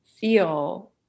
feel